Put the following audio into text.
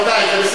אבל זה נגמר.